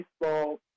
baseball